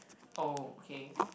okay